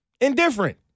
indifferent